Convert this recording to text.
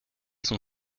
son